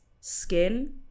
Skin